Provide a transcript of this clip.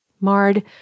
marred